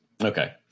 okay